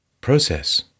process